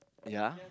ya